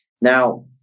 Now